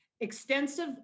extensive